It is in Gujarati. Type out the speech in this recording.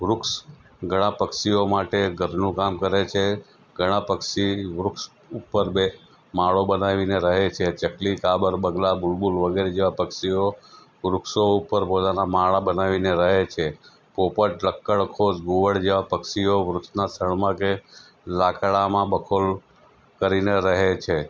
વૃક્ષ ઘણાં પક્ષીઓ માટે ઘરનું કામ કરે છે ઘણાં પક્ષી વૃક્ષ ઉપર બે માળો બનાવીને રહે છે ચકલી કાબર બગલા બુલબુલ વગેરે જેવાં પક્ષીઓ વૃક્ષો ઉપર પોતાના માળા બનાવીને રહે છે પોપટ લક્કડખોદ ઘુવડ જેવા પક્ષીઓ વૃક્ષનાં થડમાં કે લાકડાંમાં બખોલ કરીને રહે છે